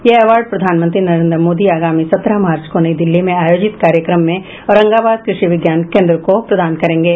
ये अवार्ड प्रधानमंत्री नरेन्द मोदी आगामी सत्रह मार्च को नई दिल्ली में आयोजित कार्यक्रम में औरंगाबाद कृषि विज्ञान केन्द्र को यह पुरस्कार प्रदान करेंगे